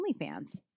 OnlyFans